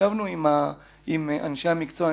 ישבנו עם אנשי המקצוע,